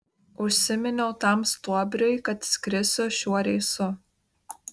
užsiminiau tam stuobriui kad skrisiu šiuo reisu